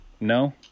No